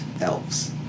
elves